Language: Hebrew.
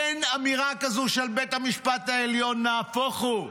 אין אמירה כזו של בית המשפט העליון, נהפוך הוא.